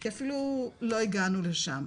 כי אפילו לא הגענו לשם.